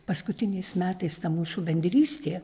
paskutiniais metais mūsų bendrystė